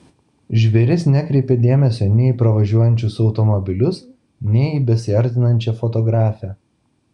žvėris nekreipė dėmesio nei į pravažiuojančius automobilius nei į besiartinančią fotografę